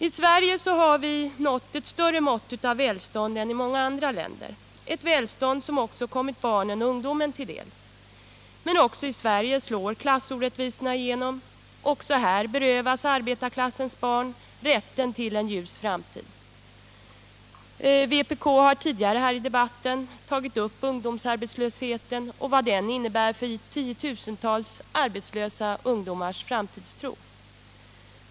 I Sverige har vi nått ett större mått av välstånd än man har gjort i många andra länder. Ett välstånd som också kommit barnen och ungdomen till del. Men också i Sverige slår klassorättvisorna igenom. Också här berövas arbetarklassens barn rätten till en ljus framtid. Vpk har tidigare här i debatten tagit upp ungdomsarbetslösheten och vad denna innebär för tiotusentals arbetslösa ungdomars framtidstro.